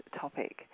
topic